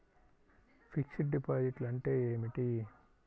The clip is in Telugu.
ఫిక్సడ్ డిపాజిట్లు అంటే ఏమిటి?